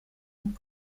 und